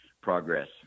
progress